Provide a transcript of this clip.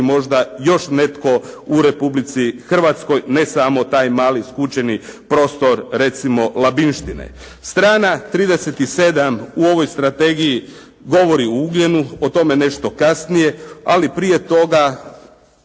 možda još netko u Republici Hrvatskoj, ne samo taj mali skučeni prostor recimo labinštine. Strana 37 u ovoj strategiji govori o ugljenu, o tome nešto kasnije ali prije toga